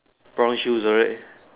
brown shoes alright